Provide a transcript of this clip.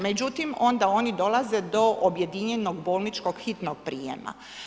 Međutim onda oni dolaze do objedinjenog bolničkog hitnog prijema.